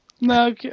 No